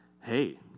hey